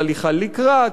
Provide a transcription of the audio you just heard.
על הליכה לקראת,